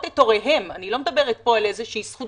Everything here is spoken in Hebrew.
את הוריהם כפי שיש לשאר אזרחי מדינת ישראל.